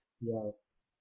Yes